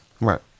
Right